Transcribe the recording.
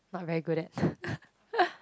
not very good at